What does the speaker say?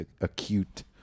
acute